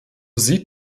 sieht